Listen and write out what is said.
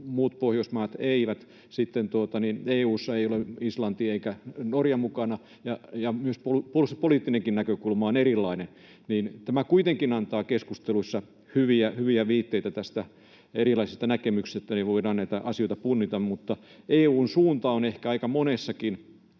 muut Pohjoismaat eivät, sitten EU:ssa ei ole Islanti eikä Norja mukana, ja myös puolustuspoliittinen näkökulma on erilainen — tämä kuitenkin antaa keskusteluissa hyviä viitteitä erilaisista näkemyksistä, että voidaan näitä asioita punnita. Mutta EU:n suunta on ehkä aika monessakin